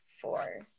four